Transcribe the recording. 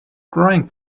drawing